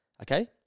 Okay